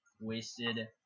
wasted